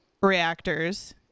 reactors